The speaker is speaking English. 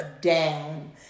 down